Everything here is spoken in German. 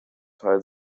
teil